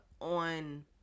on